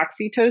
oxytocin